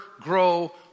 grow